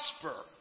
prosper